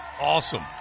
awesome